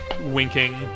winking